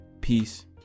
peace